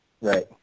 Right